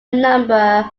number